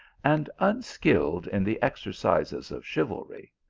and unskilled in the exercises of chivalry.